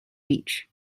beach